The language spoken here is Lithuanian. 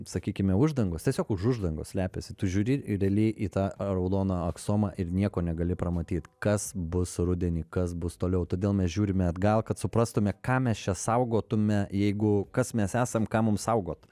sakykime uždangos tiesiog už uždangos slepiasi tu žiūri realiai į tą raudoną aksomą ir nieko negali pramatyt kas bus rudenį kas bus toliau todėl mes žiūrime atgal kad suprastume ką mes čia saugotume jeigu kas mes esam ką mum saugot